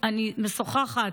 אני משוחחת,